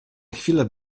chwile